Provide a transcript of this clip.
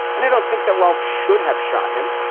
and i don't think that ralph should have shot him.